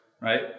right